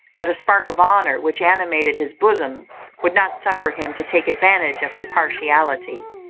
but a spark of honour which animated his bosom would not suffer him to take advantage of her partiality.